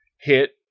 hit